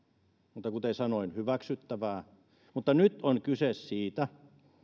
mutta kuten sanoin hyväksyttävää nyt on kyse siitä